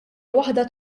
waħda